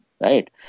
right